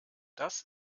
das